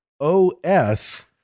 OS